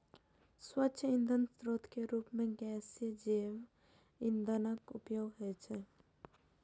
स्वच्छ ईंधनक स्रोत के रूप मे गैसीय जैव ईंधनक उपयोग होइ छै